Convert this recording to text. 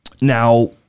now